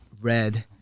red